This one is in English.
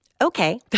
Okay